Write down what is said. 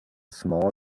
small